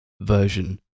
version